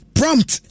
prompt